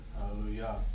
Hallelujah